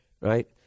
Right